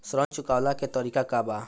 ऋण चुकव्ला के तरीका का बा?